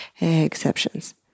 exceptions